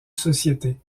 société